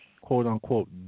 quote-unquote